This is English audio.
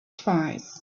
twice